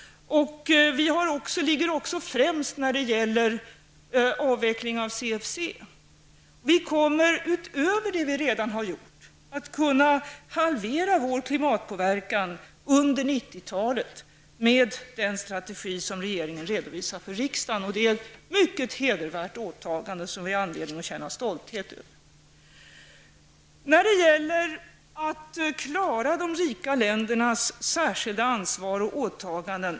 Vi ligger också främst när det gäller avvecklingen av CFC. Utöver det vi redan gjort kommer vi, med den strategi som regeringen redovisar för riksdagen, att under 90-talet kunna halvera vår miljöpåverkan. Det är ett mycket hedervärt åtagande som vi har anledning att känna stolthet över. OECD och EG är naturligtvis nyckelorganisationer när det gäller att klara de rika ländernas särskilda ansvar och åtaganden.